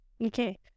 Okay